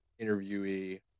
interviewee